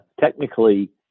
technically